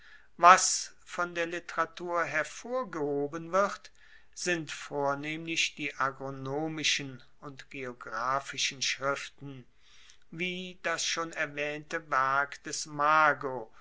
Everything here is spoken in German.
was von der literatur hervorgehoben wird sind vornehmlich die agronomischen und geographischen schriften wie das schon erwaehnte werk des mago